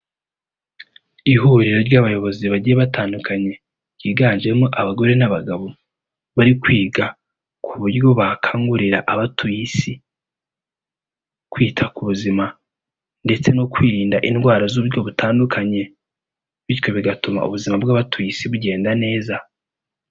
Ihuriro ry'abayobozi bagiye batandukanye, ryiganjemo abagore n'abagabo, bari kwiga ku buryo bakangurira abatuye Isi, kwita ku buzima ndetse no kwirinda indwara z'uburyo butandukanye, bityo bigatuma ubuzima bw'abatuye Isi bugenda neza.